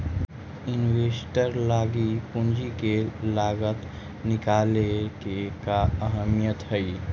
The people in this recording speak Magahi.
इन्वेस्टर लागी पूंजी के लागत निकाले के का अहमियत हई?